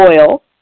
oil